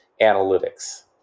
analytics